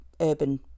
urban